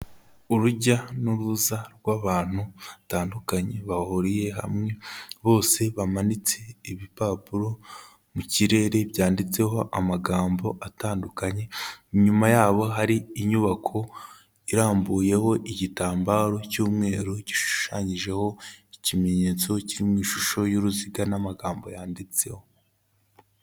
Urujya n'uruza rw'abantu batandukanye bahuriye hamwe, bose bamanitse ibipapuro mu kirere byanditseho amagambo atandukanye, inyuma yabo hari inyubako irambuyeho igitambaro cy'umweru gishushanyijeho ikimenyetso kiri mu ishusho y'uruziga n'amagambo yanditseho.